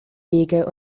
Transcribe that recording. wege